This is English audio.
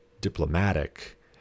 diplomatic